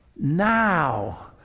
now